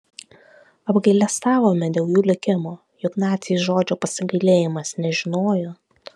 apgailestavome dėl jų likimo juk naciai žodžio pasigailėjimas nežinojo